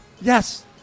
yes